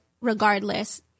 regardless